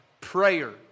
Prayer